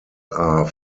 are